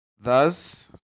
Thus